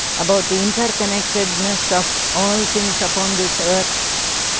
about the inter-connectedness of all things upon this earth.